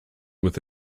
with